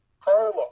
prologue